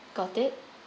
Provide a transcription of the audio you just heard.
got it